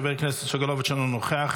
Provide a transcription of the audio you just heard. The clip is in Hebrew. חבר הכנסת סגלוביץ' אינו נוכח,